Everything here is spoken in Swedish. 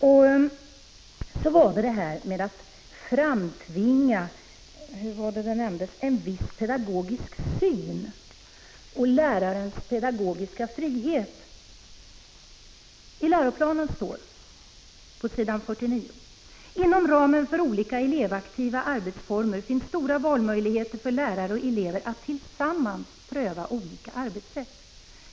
Sedan till frågan om det som kallades att framtvinga en viss pedagogisk syn och lärarens pedagogiska frihet. I läroplanen står på s. 49: ”Inom ramen för olika elevaktiva arbetsformer finns stora valmöjligheter för lärare och elever att tillsammans pröva olika arbetssätt.